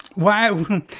Wow